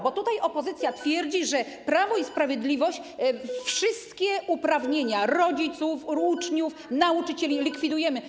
Bo opozycja twierdzi, że Prawo i Sprawiedliwość wszystkie uprawnienia rodziców, uczniów, nauczycieli likwiduje.